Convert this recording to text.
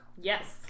Yes